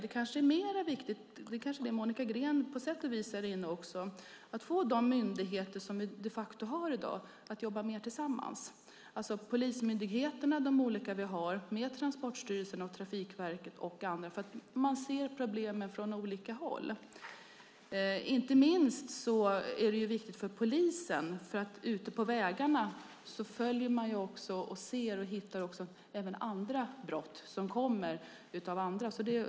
Det kanske är mer viktigt - Monica Green är på sätt och vis också inne på det - att få de myndigheter som vi de facto har i dag att jobba mer tillsammans, alltså de olika polismyndigheterna, Transportstyrelsen, Trafikverket och andra, därför att man ser problemen från olika håll. Inte minst är det väldigt viktigt för polisen, för ute på vägarna upptäcker man även andra brott.